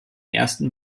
ersten